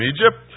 Egypt